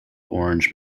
orange